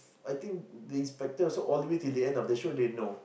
I think the inspector all the way till the end of the show they know